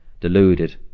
deluded